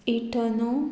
ईठनो